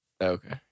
Okay